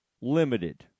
limited